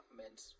meant